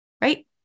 right